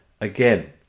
again